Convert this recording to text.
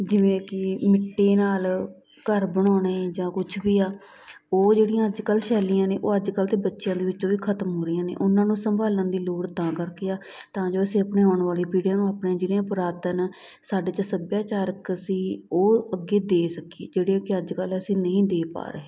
ਜਿਵੇਂ ਕਿ ਮਿੱਟੀ ਨਾਲ ਘਰ ਬਣਾਉਣੇ ਜਾਂ ਕੁਛ ਵੀ ਆ ਉਹ ਜਿਹੜੀਆਂ ਅੱਜ ਕੱਲ੍ਹ ਸ਼ੈਲੀਆਂ ਨੇ ਉਹ ਅੱਜ ਕੱਲ੍ਹ ਦੇ ਬੱਚਿਆਂ ਦੇ ਵਿੱਚੋਂ ਵੀ ਖਤਮ ਹੋ ਰਹੀਆਂ ਨੇ ਉਹਨਾਂ ਨੂੰ ਸੰਭਾਲਣ ਦੀ ਲੋੜ ਤਾਂ ਕਰਕੇ ਆ ਤਾਂ ਜੋ ਅਸੀਂ ਆਪਣੇ ਆਉਣ ਵਾਲੇ ਪੀੜ੍ਹੀਆਂ ਨੂੰ ਆਪਣੇ ਜਿਹੜੀਆਂ ਪੁਰਾਤਨ ਸਾਡੇ 'ਚ ਸੱਭਿਆਚਾਰਕ ਸੀ ਉਹ ਅੱਗੇ ਦੇ ਸਕੀਏ ਜਿਹੜੀਆਂ ਕਿ ਅੱਜ ਕੱਲ੍ਹ ਅਸੀਂ ਨਹੀਂ ਦੇ ਪਾ ਰਹੇ